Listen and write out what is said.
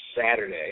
Saturday